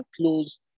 close